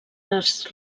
les